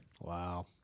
Wow